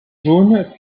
jaune